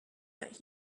that